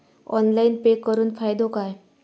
Online pay करुन फायदो काय?